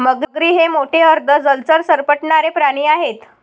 मगरी हे मोठे अर्ध जलचर सरपटणारे प्राणी आहेत